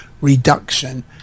reduction